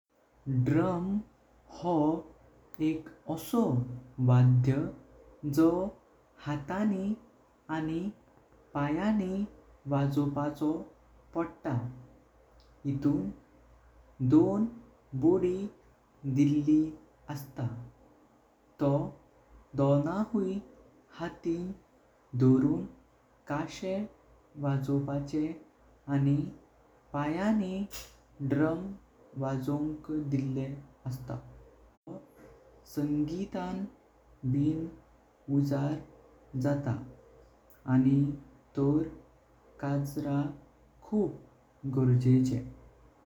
Drum हो एक असो वधाय जो हातानी आणि पायानी वाजोपाचो पडता। इतून दोन्ट बोडी दिल्ली असता तो दोन्हुई हातिन दोरून कशे वाजोपाचे। आणि पायानी ड्रम वाजोंक दिले असता जो संगीतां बिन उजिर जात आनी तोर कजरा। खूप गोरजेचे।